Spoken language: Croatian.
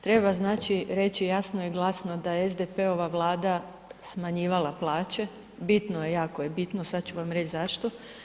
Treba reći jasno i glasno da SDP-ova vlada smanjivala plaće, bitno je jako je bitno sada ću vam reći zašto.